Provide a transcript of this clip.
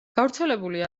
გავრცელებული